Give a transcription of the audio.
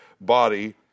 body